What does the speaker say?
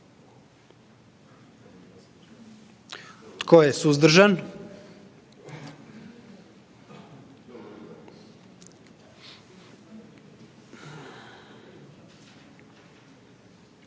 Tko je suzdržan?